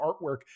artwork